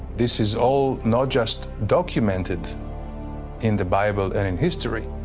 this is all not just documented in the bible and in history,